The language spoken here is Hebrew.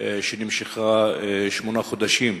שנמשכה שמונה חודשים,